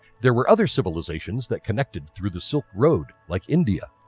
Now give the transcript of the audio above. there were other civilizations that connected through the silk route like india,